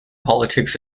politics